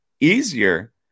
easier